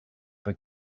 but